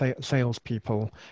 salespeople